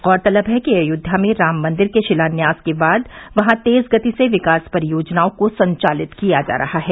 गौरतलब है कि अयोध्या में राम मंदिर के शिलान्यास के बाद वहां तेज गति से विकास की परियोजनाओं को संचालित किया जा रहा है